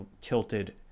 tilted